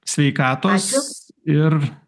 sveikatos ir